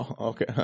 Okay